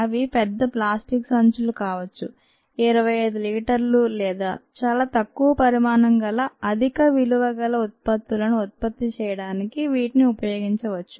అవి పెద్ద ప్లాస్టిక్ సంచులు కావచ్చు 25 లీటర్లు లేదా చాలా తక్కువ పరిమాణం గల అధిక విలువ గల ఉత్పత్తులను ఉత్పత్తి చేయడానికి వీటిని ఉపయోగించవచ్చు